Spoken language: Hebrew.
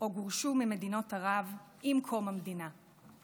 מדינות ערב עם קום המדינה או גורשו מהן.